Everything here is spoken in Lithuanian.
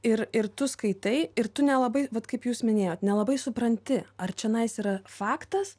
ir ir tu skaitai ir tu nelabai vat kaip jūs minėjot nelabai supranti ar čionais yra faktas